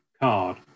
card